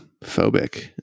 Phobic